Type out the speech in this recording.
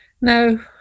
no